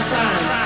time